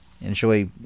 enjoy